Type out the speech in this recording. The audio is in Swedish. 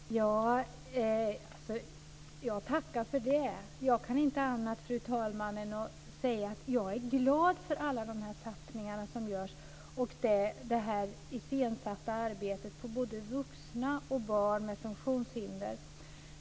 Fru talman! Jag tackar för det. Jag kan inte annat säga än att jag är glad för alla de satsningar som görs och för det iscensatta arbetet vad gäller både vuxna och barn med funktionshinder.